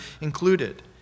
included